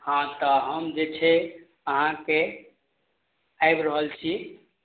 हँ तऽ हम जे छै अहाँके आबि रहल छी